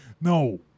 No